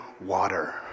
water